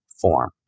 form